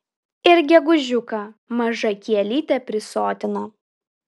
ir gegužiuką maža kielytė prisotina